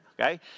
okay